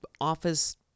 office